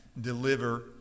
deliver